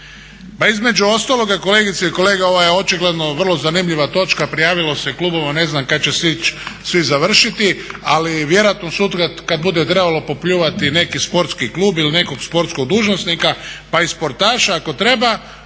Pa između ostaloga, kolegice i kolege, ovo je očigledno vrlo zanimljiva točka. Prijavilo se klubova, ne znam kad će stići svi završiti, ali vjerojatno sutra kad bude trebalo popljuvati neki sportski klub ili nekog sportskog dužnosnika pa i sportaša ako treba